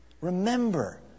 Remember